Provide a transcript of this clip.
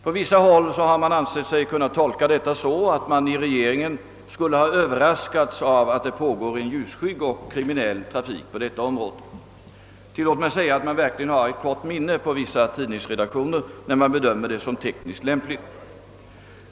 På vissa håll har man ansett sig kunna tolka detta så, att vi inom regeringen skulle ha överraskats av att det pågår en ljusskygg och kriminell trafik på detta område. Tillåt mig säga att man på vissa tidningsredaktioner verkligen har ett kort minne när man bedömer detta såsom tekniskt lämpligt.